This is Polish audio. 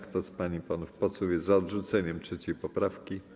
Kto z pań i panów posłów jest za odrzuceniem 3. poprawki,